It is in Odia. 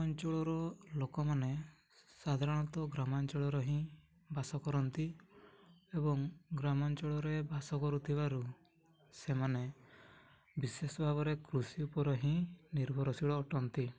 ଅଞ୍ଚଳର ଲୋକମାନେ ସାଧାରଣତଃ ଗ୍ରାମାଞ୍ଚଳର ହିଁ ବାସ କରନ୍ତି ଏବଂ ଗ୍ରାମାଞ୍ଚଳରେ ବାସ କରୁଥିବାରୁ ସେମାନେ ବିଶେଷ ଭାବରେ କୃଷି ଉପରେ ହିଁ ନିର୍ଭରଶୀଳ ଅଟନ୍ତି